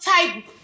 type